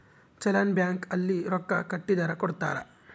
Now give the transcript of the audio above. challan bank ಅಲ್ಲಿ ರೊಕ್ಕ ಕಟ್ಟಿದರ ಕೋಡ್ತಾರ